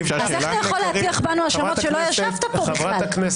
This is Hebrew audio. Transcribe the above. אז איך אתה יכול להטיח בנו האשמות כשלא ישבת פה בכלל?